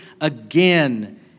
again